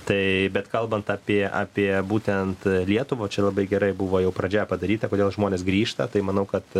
tai bet kalbant apie apie būtent lietuvą čia labai gerai buvo jau pradžia padaryta kodėl žmonės grįžta tai manau kad